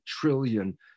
trillion